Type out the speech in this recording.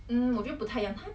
savoury type lah